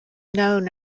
known